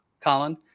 Colin